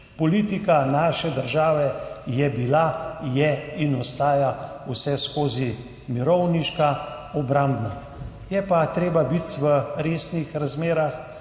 Politika naše države je bila, je in ostaja vseskozi mirovniška, obrambna. Je pa treba biti v resnih razmerah